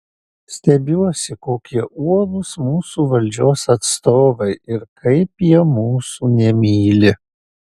stebiuosi kokie uolūs mūsų valdžios atstovai ir kaip jie mūsų nemyli